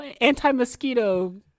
anti-mosquito